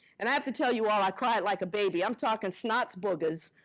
and i have to tell you all, i cried like a baby. i'm talking snots, boogers.